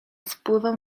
spływał